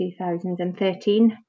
2013